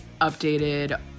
updated